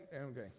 Okay